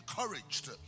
encouraged